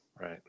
Right